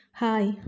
Hi